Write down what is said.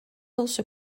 also